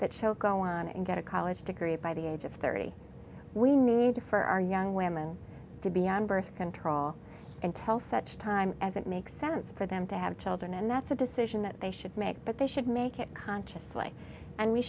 that show go on and get a college degree by the age of thirty we need for our young women to be on birth control and tell such time as it makes sense for them to have children and that's a decision that they should make but they should make it consciously and we